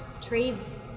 trades